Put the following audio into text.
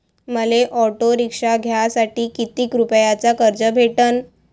मले auto rickshaw घ्यासाठी कितीक रुपयाच कर्ज भेटनं?